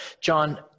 john